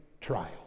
trial